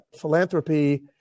Philanthropy